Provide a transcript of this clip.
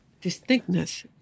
distinctness